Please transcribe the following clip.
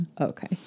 Okay